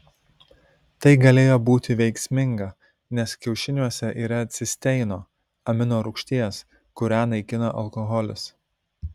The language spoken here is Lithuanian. tai galėjo būti veiksminga nes kiaušiniuose yra cisteino amino rūgšties kurią naikina alkoholis